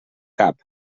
cap